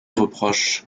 reproches